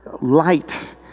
light